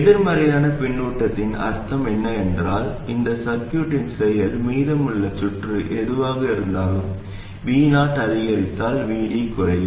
எதிர்மறையான பின்னூட்டத்தின் அர்த்தம் என்ன என்றால் இந்த சர்க்யூட்டின் செயல் மீதமுள்ள சுற்று எதுவாக இருந்தாலும் Vo அதிகரித்தால் Vd குறையும்